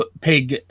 Pig